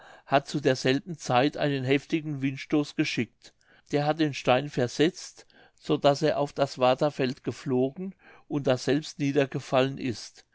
hat zu derselben zeit einen heftigen windstoß geschickt der hat den stein versetzt so daß er auf das warther feld geflogen und daselbst niedergefallen ist